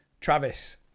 Travis